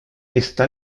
está